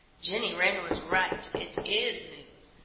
jenny wren was right, it is news!